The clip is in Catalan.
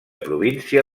província